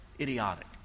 idiotic